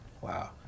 Wow